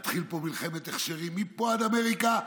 תתחיל פה מלחמת הכשרים מפה עד אמריקה,